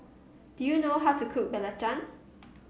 do you know how to cook Belacan